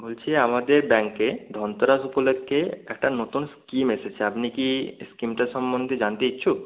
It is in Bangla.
বলছি আমাদের ব্যাঙ্কে ধনতেরাস উপলক্ষে একটা নতুন স্কিম এসেছে আপনি কি স্কিমটা সম্বন্ধে জানতে ইচ্ছুক